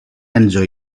enjoy